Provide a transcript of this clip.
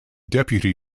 deputy